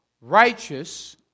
Righteous